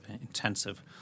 intensive